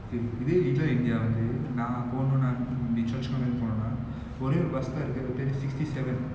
theri~ இதே:ithe little india வந்து நா போனுனா:vanthu naa ponunaa chochong lah இருந்து போனனா ஒரே ஒரு:irunthu ponanaa ore oru bus தா இருக்கு பேரு:thaa iruku peru sixty seven